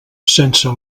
sense